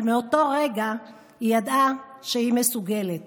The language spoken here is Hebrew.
אבל מאותו רגע היא ידעה שהיא מסוגלת